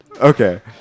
Okay